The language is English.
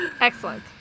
Excellent